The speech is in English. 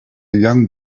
young